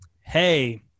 Hey